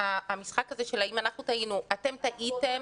המשחק הזה של האם אנחנו טעינו או אתם טעינו.